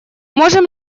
можем